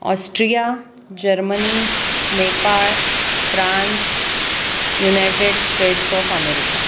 Austria Germany Nepal France United States of America